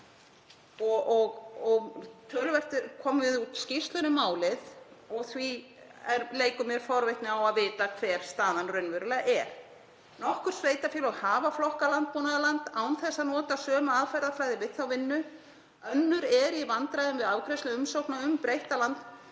og töluvert komið út af skýrslum um málið. Því leikur mér forvitni á að vita hver staðan raunverulega er. Nokkur sveitarfélög hafa flokkað landbúnaðarland án þess að nota sömu aðferðafræði við þá vinnu. Önnur eru í vandræðum við afgreiðslu umsókna um breytta